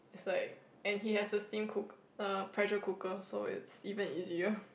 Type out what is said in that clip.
is like and he has a steam cook uh pressure cooker so it is even easier